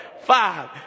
five